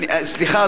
סליחה,